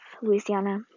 Louisiana